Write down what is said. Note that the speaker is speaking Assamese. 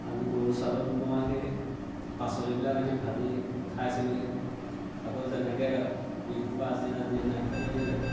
আমি গৰু ছাটত মৰা সেই পাচলিবিলাক আনি ভাজি খাইছিলোঁহি আকৌ যেনেকৈ বিহুৰ পাছদিনা যিদিনা